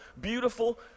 beautiful